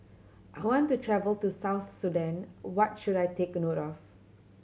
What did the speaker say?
I want to travel to South Sudan what should I take note of